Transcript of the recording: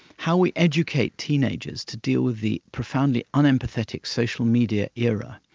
how we educate teenagers to deal with the profoundly un-empathetic social media era,